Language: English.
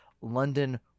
London